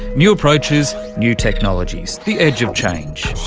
new approaches, new technologies, the edge of change,